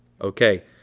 Okay